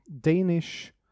danish